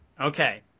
Okay